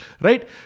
Right